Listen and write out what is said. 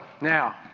now